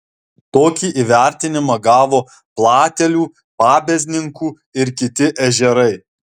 tokį įvertinimą gavo platelių pabezninkų ir kiti ežerai